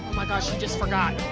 my god. she just forgot.